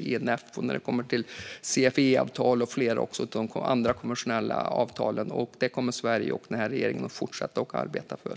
INF och CFE-avtalen och flera andra konventionella avtal, och det kommer Sverige och den här regeringen att fortsätta arbeta för.